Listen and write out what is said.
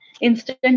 instant